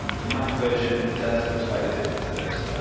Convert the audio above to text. the mac version does look slightly different to this.